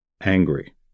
angry